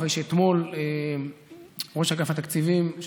אחרי שאתמול ראש אגף התקציבים,